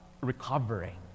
recovering